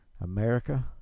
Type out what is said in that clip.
America